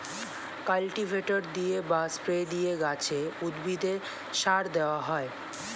cultivator দিয়ে বা spray দিয়ে গাছে, উদ্ভিদে সার দেওয়া হয়